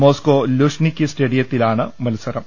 Moscow ലുഷ്നിക്കി സ്റ്റേഡിയത്തിലാണ് മത്സരം